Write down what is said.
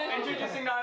introducing